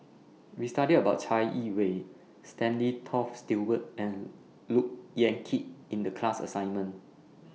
We studied about Chai Yee Wei Stanley Toft Stewart and Look Yan Kit in The class assignment